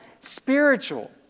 spiritual